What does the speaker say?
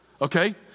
okay